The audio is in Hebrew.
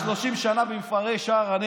אתה מפריע לי.